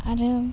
आरो